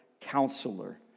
Counselor